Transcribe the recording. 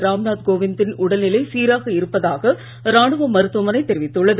ராம்நாத் கோவிந்தின் உடல் நிலை சீராக இருப்பதாக ராணுவ மருத்துவமனை தொிவித்துள்ளது